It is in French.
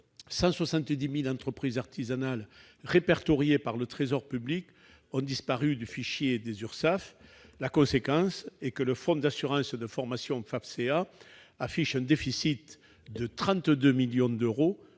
170 000 entreprises artisanales répertoriées par le Trésor public ont disparu du fichier des Urssaf. La conséquence est que le fonds d'assurance formation des chefs d'entreprise artisanale affiche un déficit de 32 millions d'euros